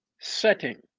setting